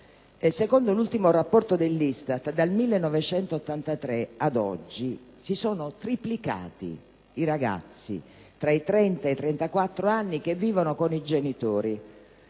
Secondo l'ultimo rapporto dell'ISTAT, dal 1983 ad oggi, si sono triplicati i ragazzi tra i 30 e 34 anni che vivono con i genitori,